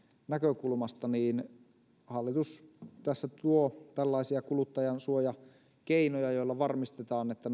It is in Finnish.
näkökulmasta niin hallitus tässä tuo tällaisia kuluttajansuojakeinoja joilla varmistetaan että